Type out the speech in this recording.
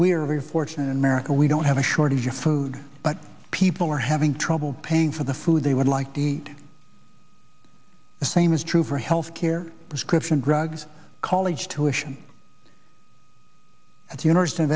are very fortunate in america we don't have a shortage of food but people are having trouble paying for the food they would like to eat the same is true for health care prescription drugs college tuition at the university